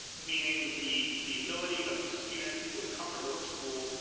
meaning the the ability of the student to feel comfortable at school,